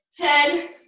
Ten